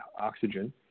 oxygen